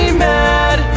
mad